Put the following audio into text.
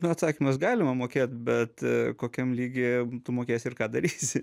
atsakymas galima mokėt bet kokiam lygyje tu mokėsi ir ką darysi